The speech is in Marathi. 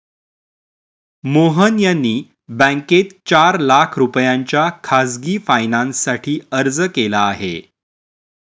मोहन यांनी बँकेत चार लाख रुपयांच्या खासगी फायनान्ससाठी अर्ज केला आहे